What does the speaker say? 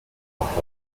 helped